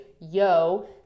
yo